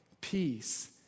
peace